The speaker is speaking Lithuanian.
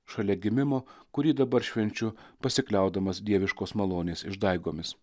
šalia gimimo kurį dabar švenčiu pasikliaudamas dieviškos malonės išdaigomis